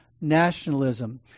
nationalism